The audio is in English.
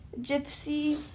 Gypsy